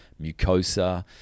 mucosa